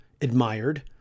admired